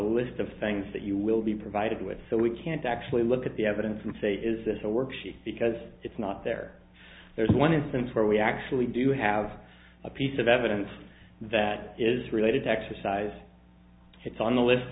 list of things that you will be provided with so we can't actually look at the evidence and say is this a worksheet because it's not there there's one instance where we actually do have a piece of evidence that is related to exercise it's on the list